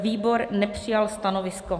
Výbor nepřijal stanovisko.